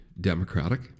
democratic